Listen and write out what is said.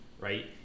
right